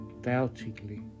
doubtingly